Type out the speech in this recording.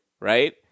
right